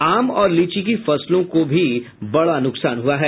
आम और लीची की फसलों को बड़ा नुकसान हुआ है